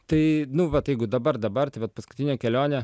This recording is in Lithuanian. tai nu vat jeigu dabar dabar tai vat paskutinę kelionę